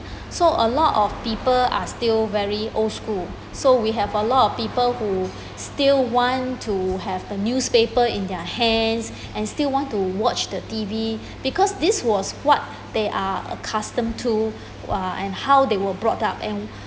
so a lot of people are still very old school so we have a lot of people who still want to have a newspaper in their hands and still want to watch the T_V because this was what they are accustomed to uh and how they were brought up and